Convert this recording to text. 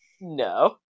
No